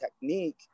technique